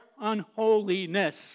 unholiness